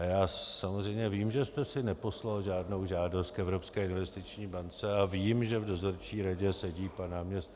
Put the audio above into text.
A já samozřejmě vím, že jste si neposlal žádnou žádost k Evropské investiční bance, a vím, že v dozorčí radě sedí pan náměstek Gregor.